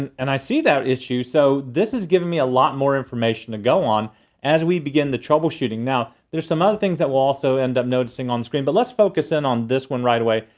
and i see that issue, so this is giving me a lot more information to go on as we begin the troubleshooting. now, there's some other things that we'll also end up noticing on this screen, but let's focus in on this one right away.